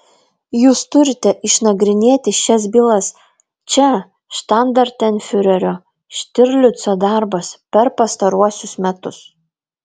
jūs turite išnagrinėti šias bylas čia štandartenfiurerio štirlico darbas per pastaruosius metus